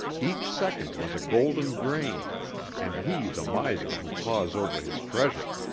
each second was a golden grain and he the miser who paws over his treasure.